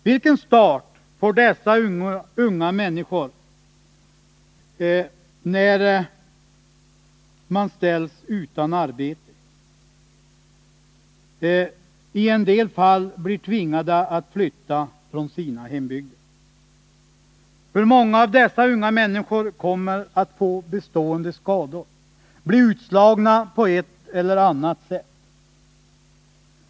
Vilken start får dessa unga människor här i livet när de ställs utan arbete och i en del fall blir tvingade att flytta från sina hembygder? Hur många av dessa unga människor kommer att få bestående skador och bli utslagna på ett eller annat sätt?